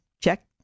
check